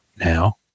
now